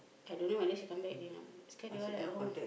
I don't know whether she come back already not scared they all at home